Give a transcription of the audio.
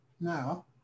Now